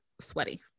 sweaty